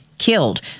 killed